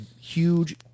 huge